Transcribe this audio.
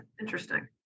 Interesting